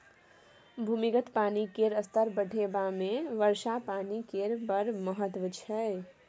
भूमिगत पानि केर स्तर बढ़ेबामे वर्षा पानि केर बड़ महत्त्व छै